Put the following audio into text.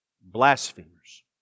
blasphemers